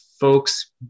folks